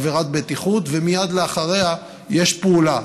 עבירת בטיחות ומייד אחריה יש פעולה,